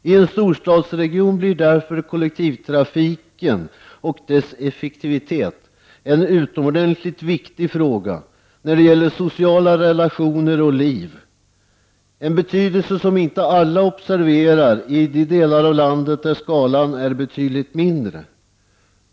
I en storstadsregion blir därför kollektivtrafiken och dess effektivitet en utomordentligt viktig fråga när det gäller sociala relationer och liv. Det är en betydelse som inte alla observerar i de delar av landet där skalan är betydligt mindre.